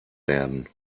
werden